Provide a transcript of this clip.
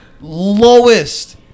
Lowest